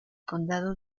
condado